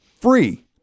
free